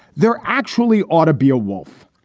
there actually ought to be a wolf.